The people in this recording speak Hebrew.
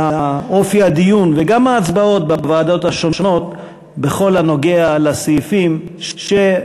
על אופי הדיון וגם על ההצבעות בוועדות השונות בכל הנוגע לסעיפים אשר,